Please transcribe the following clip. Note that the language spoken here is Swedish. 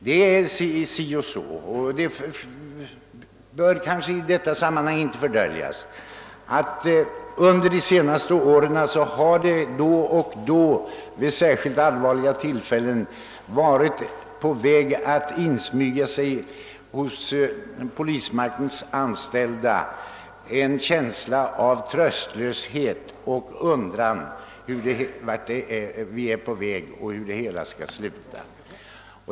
Det är si och så med den saken nu, och det bör kanske i detta sammanhang inte döljas att de hos polismakten anställda under de senaste åren vid särskilt allvarliga tillfällen haft en känsla av tröstlöshet. De har undrat vart vi är på väg och hur det hela skall sluta.